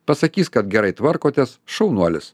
pasakys kad gerai tvarkotės šaunuolis